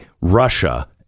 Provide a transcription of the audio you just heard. Russia